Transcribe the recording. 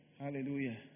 Hallelujah